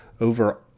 over